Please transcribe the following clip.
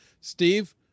Steve